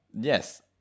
yes